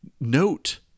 note